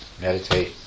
meditate